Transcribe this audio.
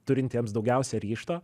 turintiems daugiausia ryžto